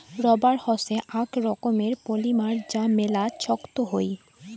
rubber হসে আক রকমের পলিমার যা মেলা ছক্ত হই